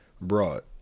brought